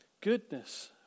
goodness